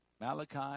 Malachi